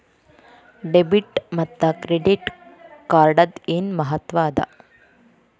Debit ಮತ್ತ credit ಕಾರ್ಡದ್ ಏನ್ ಮಹತ್ವ ಅದ?